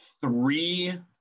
three